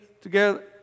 together